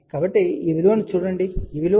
కాబట్టి విలువను చూడండి ఈ విలువ 0